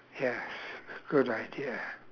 yes good idea